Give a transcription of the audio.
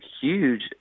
huge